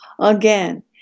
Again